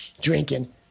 drinking